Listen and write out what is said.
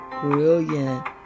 brilliant